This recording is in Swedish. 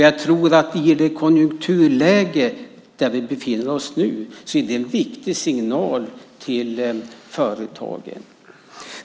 Jag tror att det är en viktig signal till företagen i det konjunkturläge vi befinner oss nu.